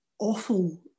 awful